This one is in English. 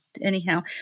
anyhow